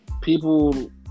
people